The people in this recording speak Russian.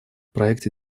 проекте